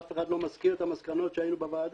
אף אחד לא מזכיר את המסקנות שהיו בוועדה.